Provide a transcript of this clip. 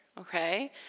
okay